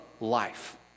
life